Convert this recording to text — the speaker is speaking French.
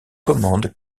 commande